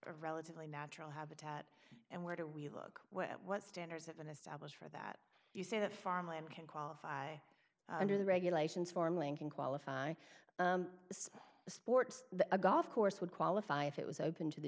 relatively natural habitat and where do we look at what standards have been established for that you say that farmland can qualify under the regulations for lincoln qualify sports a golf course would qualify if it was open to the